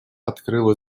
открыла